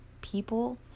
people